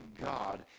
God